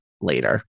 later